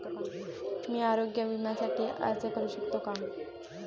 मी आरोग्य विम्यासाठी अर्ज करू शकतो का?